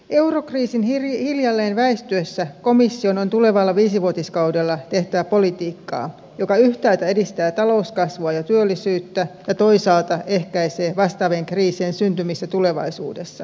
eurokriisin hiljalleen väistyessä komission on tulevalla viisivuotiskaudella tehtävä politiikkaa joka yhtäältä edistää talouskasvua ja työllisyyttä ja toisaalta ehkäisee vastaavien kriisien syntymistä tulevaisuudessa